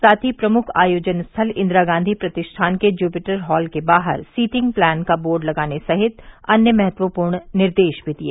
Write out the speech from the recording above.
साथ ही प्रमुख आयोजन स्थल इंदिरा गांधी प्रतिष्ठान के जूपिटर हाल के बाहर सीटिंग प्लान का बोर्ड लगाने सहित अन्य महत्वपूर्ण निर्देश भी दिए